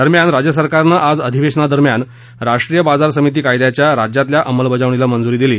दरम्यान राज्य सरकारने आज अधिवेशनादरम्यान राष्ट्रीय बाजार समिती कायद्याच्या राज्यात अमलबजावणीला मंजुरी दिली